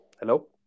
Hello